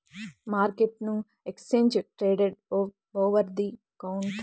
మార్కెట్ను exchange traded, over the counter డెరివేటివ్ల కోసం రెండుగా విభజించవచ్చు